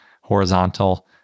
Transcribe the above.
horizontal